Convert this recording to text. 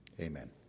Amen